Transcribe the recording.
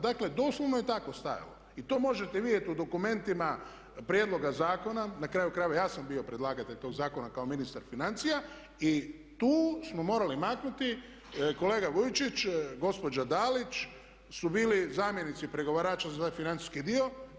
Dakle doslovno je tako stajalo, i to možete vidjeti u dokumentima prijedloga zakona, na kraju krajeva ja sam bio predlagatelj tog zakona kao ministar financija i tu smo morali maknuti, kolega Vujčić, gospođa Dalić su bili zamjenici pregovarača za ovaj financijski dio.